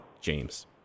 James